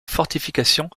fortifications